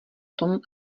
tom